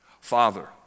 Father